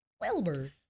Wilbur